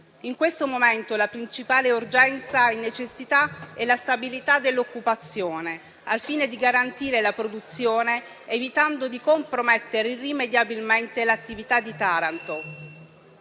In questo momento la principale urgenza e necessità è la stabilità dell'occupazione, al fine di garantire la produzione, evitando di compromettere irrimediabilmente l'attività di Taranto